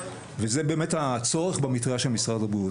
וזה הצורך במטרייה של משרד הבריאות.